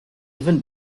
even